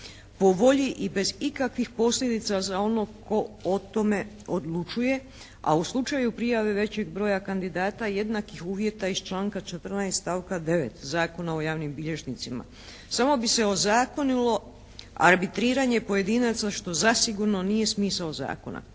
po volji i bez ikakvih posljedica za ono tko o tome odlučuje. A u slučaju prijave većeg broja kandidata jednakih uvjeta iz članka 14. stavka 9. Zakon a o javnim bilježnicima, samo bi se ozakonilo arbitriranje pojedinaca što zasigurno nije smisao zakona.